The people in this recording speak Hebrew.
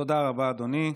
תודה רבה, אדוני.